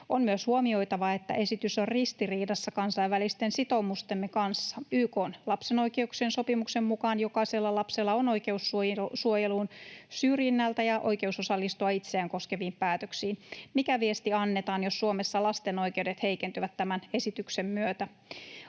On myös huomioitava, että esitys on ristiriidassa kansainvälisten sitoumustemme kanssa. YK:n lapsen oikeuksien sopimuksen mukaan jokaisella lapsella on oikeus suojeluun syrjinnältä ja oikeus osallistua itseään koskeviin päätöksiin. Mikä viesti annetaan, jos Suomessa lasten oikeudet heikentyvät tämän esityksen myötä?